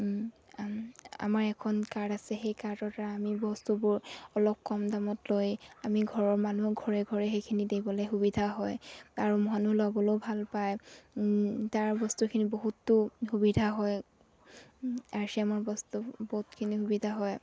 আমাৰ এখন কাৰ্ড আছে সেই কাৰ্ডৰ দ্বাৰা আমি বস্তুবোৰ অলপ কম দামত লৈ আমি ঘৰৰ মানুহক ঘৰে ঘৰে সেইখিনি দিবলৈ সুবিধা হয় আৰু মনো ল'বলৈও ভাল পায় তাৰ বস্তুখিনি বহুতো সুবিধা হয় আৰ চি এমৰ বস্তু বহুতখিনি সুবিধা হয়